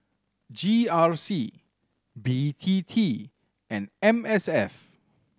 G R C B T T and M S F